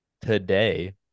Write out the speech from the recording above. Today